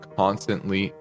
constantly